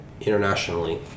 internationally